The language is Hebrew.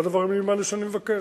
זה הדבר המינימלי שאני מבקש.